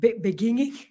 Beginning